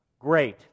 Great